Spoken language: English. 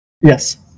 Yes